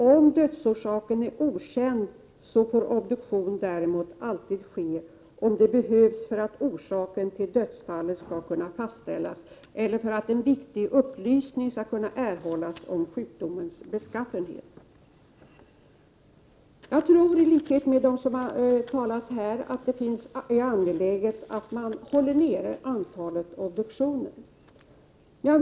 Om dödsorsaken är okänd, får obduktion däremot alltid ske om det behövs för att orsaken till dödsfallet skall kunna fastställas eller för att en viktig upplysning om sjukdomens beskaffenhet skall kunna erhållas. I likhet med dem som har talat här tror jag att det är angeläget att hålla antalet obduktioner nere.